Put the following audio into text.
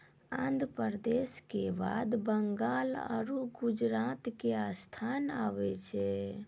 आन्ध्र प्रदेश के बाद बंगाल आरु गुजरात के स्थान आबै छै